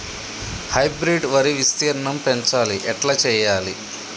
Hybrid వరి విస్తీర్ణం పెంచాలి ఎట్ల చెయ్యాలి?